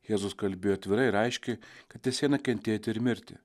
jėzus kalbėjo atvirai ir aiškiai kad jis eina kentėti ir mirti